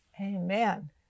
Amen